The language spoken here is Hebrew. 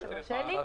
אתה מרשה לי?